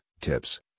tips